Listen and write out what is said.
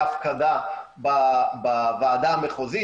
להפקדה בוועדה המחוזית,